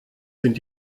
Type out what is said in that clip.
sind